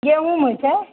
गहूम होइ छै